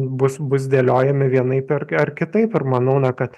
bus bus dėliojami vienaip ar ar kitaip ir manau na kad